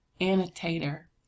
annotator